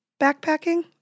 backpacking